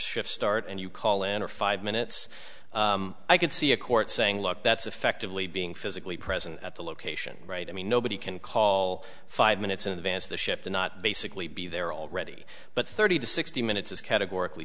shift start and you call in or five minutes i can see a court saying look that's effectively being physically present at the location right i mean nobody can call five minutes in advance of the ship to not basically be there already but thirty to sixty minutes is categor